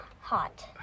Hot